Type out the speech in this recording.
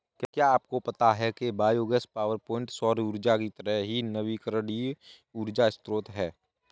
क्या आपको पता है कि बायोगैस पावरप्वाइंट सौर ऊर्जा की तरह ही नवीकरणीय ऊर्जा स्रोत है